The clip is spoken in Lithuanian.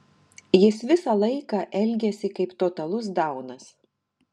jis visą laiką elgiasi kaip totalus daunas